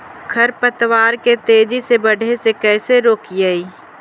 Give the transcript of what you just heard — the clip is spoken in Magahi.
खर पतवार के तेजी से बढ़े से कैसे रोकिअइ?